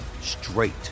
straight